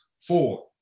four